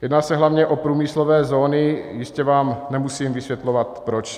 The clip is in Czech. Jedná se hlavně o průmyslové zóny, jistě vám nemusím vysvětlovat proč.